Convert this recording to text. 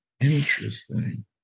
Interesting